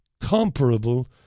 comparable